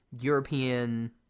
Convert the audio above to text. European